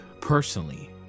personally